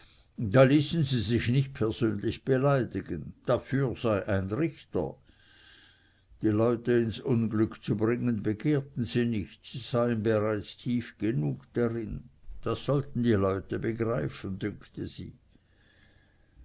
da ließen sie sich nicht persönlich beleidigen dafür sei ein richter die leute ins unglück zu bringen begehrten sie nicht sie seien bereits tief genug darin das sollten die leute begreifen dünke sie